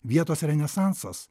vietos renesansas